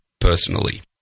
personally